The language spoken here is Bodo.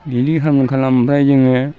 बिदि खालामै खालामै ओमफ्राय जोङो